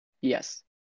Yes